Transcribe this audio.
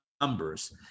Numbers